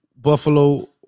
Buffalo